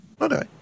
okay